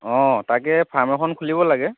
অঁ তাকে ফাৰ্ম এখন খুলিব লাগে